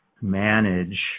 manage